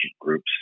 groups